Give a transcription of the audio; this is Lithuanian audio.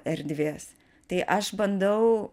erdvės tai aš bandau